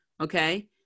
okay